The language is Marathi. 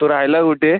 तू राहायला कुठे